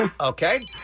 Okay